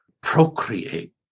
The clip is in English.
procreate